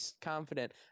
confident